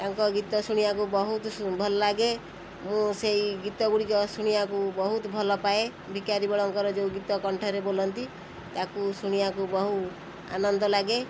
ତାଙ୍କ ଗୀତ ଶୁଣିବାକୁ ବହୁତ ସୁ ଭଲ ଲାଗେ ମୁଁ ସେଇ ଗୀତ ଗୁଡ଼ିକ ଶୁଣିବାକୁ ବହୁତ ଭଲ ପାଏ ଭିକାରୀ ବଳଙ୍କର ଯେଉଁ ଗୀତ କଣ୍ଠରେ ବୋଲନ୍ତି ତାକୁ ଶୁଣିବାକୁ ବହୁ ଆନନ୍ଦ ଲାଗେ